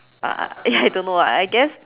uh ya I don't know ah I guess